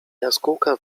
jaskółka